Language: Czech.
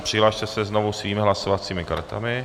Přihlaste se znovu svými hlasovacími kartami.